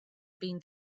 been